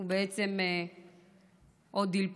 הוא בעצם עוד דיל פוליטי.